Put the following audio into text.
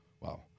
Wow